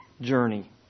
journey